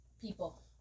people